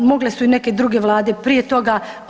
Mogle su i neke druge Vlade prije toga.